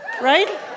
Right